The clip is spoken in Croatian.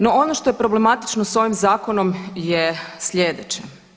No, ono što je problematično s ovim zakonom je slijedeće.